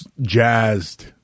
jazzed